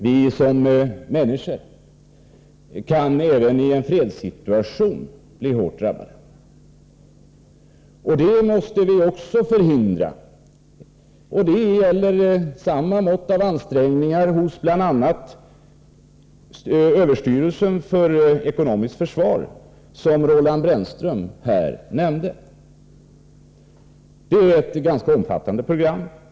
Vi människor kan även i en fredssituation bli hårt drabbade. Också det måste vi förhindra. Det fordrar stora mått av ansträngningar hos bl.a. överstyrelsen för ekonomiskt försvar, som Roland Brännström tidigare nämnde. Det gäller här ett ganska omfattande program.